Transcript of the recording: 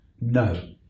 No